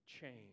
change